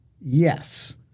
Yes